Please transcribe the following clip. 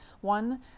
One